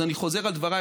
אז אני חוזר על דבריי,